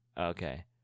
Okay